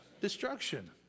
Destruction